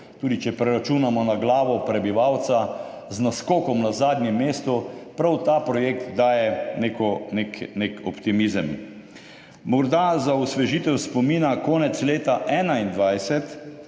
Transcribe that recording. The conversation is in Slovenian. tudi če preračunamo na glavo prebivalca, z naskokom na zadnjem mestu. Prav ta projekt daje nek optimizem. Morda za osvežitev spomina. Konec leta 2021